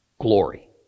glory